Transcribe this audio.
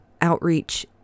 outreach